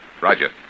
Roger